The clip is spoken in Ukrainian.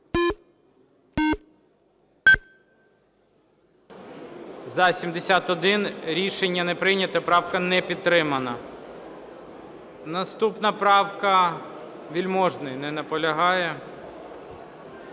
За-71 Рішення не прийнято. Правка не підтримана. Наступна правка, Вельможний. Не наполягає.